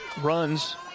runs